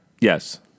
Yes